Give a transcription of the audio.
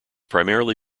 primarily